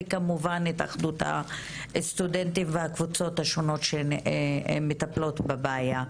וכמובן להתאחדות הסטודנטים והקבוצות השונות שמטפלות בבעיה.